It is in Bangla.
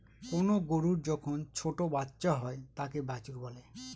কোনো গরুর যখন ছোটো বাচ্চা হয় তাকে বাছুর বলে